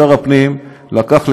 שר הפנים לקח,